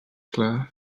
clar